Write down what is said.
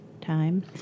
time